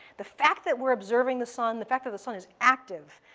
the fact that we're observing the sun, the fact that the sun is active,